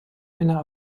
einer